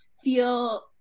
feel